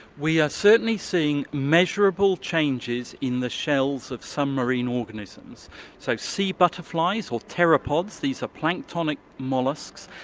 we are certainly seeing measureable changes in the shells of some marine organisms so sea butterflies or terapods, these are planktonic molluscs,